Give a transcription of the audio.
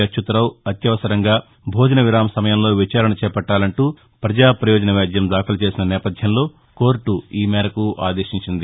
అచ్యతరావు అత్యవసరంగా భోజన విరామ సమయంలో విచారణ చేపట్టాలంటూ ప్రజాపయోజన వ్యాజ్యం దాఖలు చేసిన నేపధ్యంలో కోర్ట ఈ మేరకు ఆదేశించింది